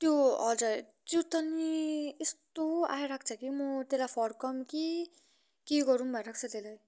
त्यो हजुर त्यो त नि यस्तो आइरहेको छ कि म त्यसलाई फर्काउँ कि के गरौँ भइरहेको छ त्यसलाई